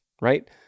right